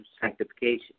sanctification